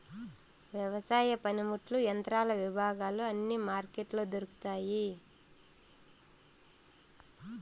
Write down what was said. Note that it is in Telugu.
వ్యవసాయ పనిముట్లు యంత్రాల విభాగాలు అన్ని మార్కెట్లో దొరుకుతాయి